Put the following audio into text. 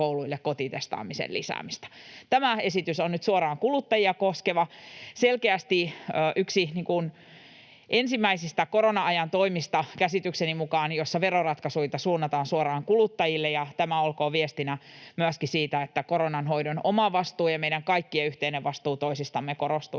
kouluille kotitestaamisen lisäämistä. Tämä esitys on nyt suoraan kuluttajia koskeva, käsitykseni mukaan selkeästi yksi ensimmäisistä korona-ajan toimista, joissa veroratkaisuja suunnataan suoraan kuluttajille, ja tämä olkoon viestinä myöskin siitä, että koronan hoidon omavastuu ja meidän kaikkien yhteinen vastuu toisistamme korostuisivat